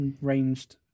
ranged